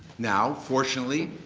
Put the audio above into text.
now, fortunately,